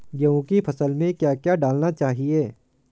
गेहूँ की फसल में क्या क्या डालना चाहिए?